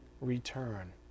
return